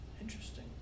Interesting